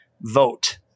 vote